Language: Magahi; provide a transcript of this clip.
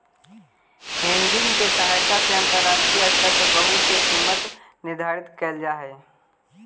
हेजिंग के सहायता से अंतरराष्ट्रीय स्तर पर वस्तु के कीमत निर्धारित कैल जा हई